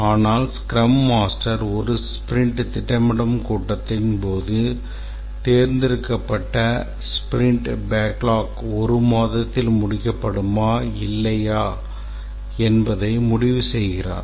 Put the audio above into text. ஆனால் scrum master ஒரு sprint திட்டமிடல் கூட்டத்தின் போது தேர்ந்தெடுக்கப்பட்ட ஸ்பிரிண்ட் பேக்லாக் ஒரு மாதத்தில் முடிக்கப்படுமா இல்லையா என்பதை உறுதி செய்கிறார்